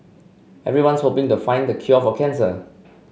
everyone's hoping to find cure for cancer